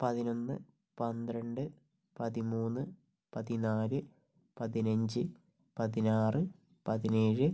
പതിനൊന്ന് പന്ത്രണ്ട് പതിമൂന്ന് പതിനാല് പതിനഞ്ച് പതിനാറ് പതിനേഴ്